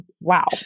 wow